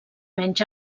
menys